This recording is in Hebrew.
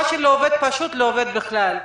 מה שלא עובד פשוט, לא עובד בכלל.